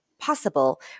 possible